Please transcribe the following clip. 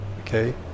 Okay